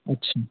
अच्छा